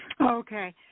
Okay